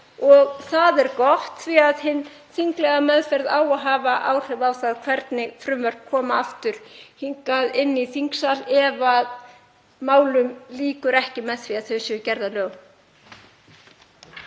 Það er gott því að hin þinglega meðferð á að hafa áhrif á hvernig frumvörp koma aftur hingað inn í þingsal ef málum lýkur ekki með því að þau séu gerð að lögum.